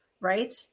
Right